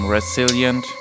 Resilient